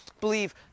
believe